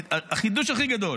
החידוש הכי גדול.